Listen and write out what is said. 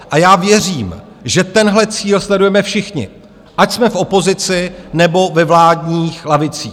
A já věřím, že tenhle cíl sledujeme všichni, ať jsme v opozici, nebo ve vládních lavicích.